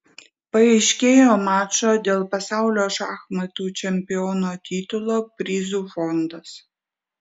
paaiškėjo mačo dėl pasaulio šachmatų čempiono titulo prizų fondas